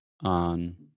on